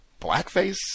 blackface